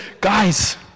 guys